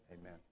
Amen